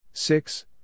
Six